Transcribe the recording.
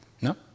No